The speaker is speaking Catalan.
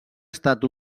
estat